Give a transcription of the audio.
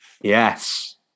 Yes